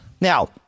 Now